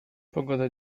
pogoda